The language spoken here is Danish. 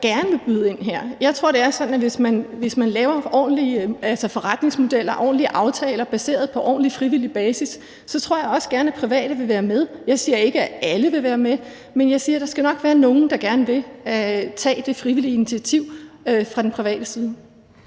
gerne vil byde ind her. Hvis man laver ordentlige forretningsmodeller og ordentlige aftaler baseret på frivillig basis, tror jeg også gerne, at private vil være med. Jeg siger ikke, at alle vil være med, men jeg siger, at der nok skal være nogle fra den private side, der gerne vil tage det frivillige initiativ. Kl. 15:33 Den